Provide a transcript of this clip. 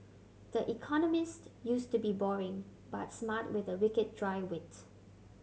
the Economist used to be boring but smart with a wicked dry wit